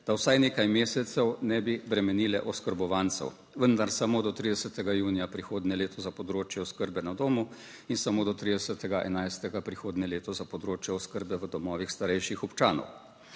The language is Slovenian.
da vsaj nekaj mesecev ne bi bremenile oskrbovancev, vendar samo do 30. junija prihodnje leto za področje oskrbe na domu in samo do 30. 11. prihodnje leto za področje oskrbe v domovih starejših občanov.